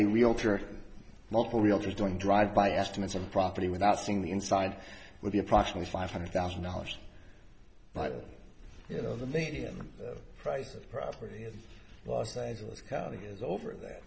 a realtor multiple realtors doing drive by estimates of property without seeing the inside would be approximately five hundred thousand dollars but you know the median price of a property in los angeles county is over that